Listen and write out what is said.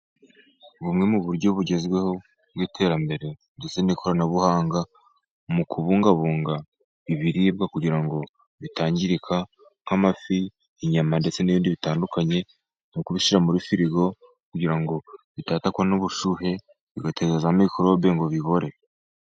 Bumwe mu buryo bugezweho bw'iterambere ndetse n'ikoranabuhanga, mu kubungabunga ibiribwa kugira ngo bitangirika, nk'amafi, inyama ndetse n'ibindi bitandukanye, ni ukubishyira muri firigo kugira ngo bitatakwa n'ubushyuhe bigateza za mikorobe ngo bibore.